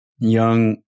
Young